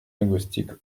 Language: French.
linguistique